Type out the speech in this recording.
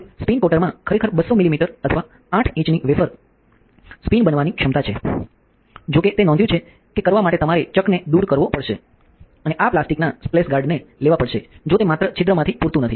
હવે spin coater માં ખરેખર 200 મિલિમીટર અથવા 8 ઇંચની વેફર સ્પિન બનવાની ક્ષમતા છે જો કે તે નોંધ્યું છે કે કરવા માટે તમારે ચકને દૂર કરવો પડશે અને આ પ્લાસ્ટિકના સ્પ્લેશ ગાર્ડને લેવા પડશે જો તે માત્ર છિદ્રમાંથી પૂરતું નથી